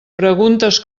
preguntes